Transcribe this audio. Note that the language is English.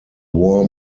war